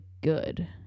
good